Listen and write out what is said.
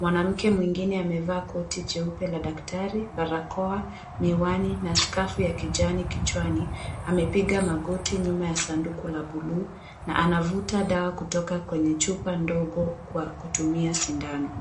Mwanamke mwengine amevaa koti jeupe la daktari, barakoa, miwani na skafu ya kijani kichwani. Amepiga magoti nyuma ya sanduku la bluu na anavuta dawa kutoka kwenye chupa ndogo akitumia sindano.